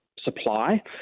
supply